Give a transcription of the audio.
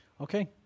Okay